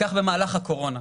כך במהלך הקורונה.